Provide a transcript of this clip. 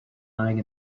lying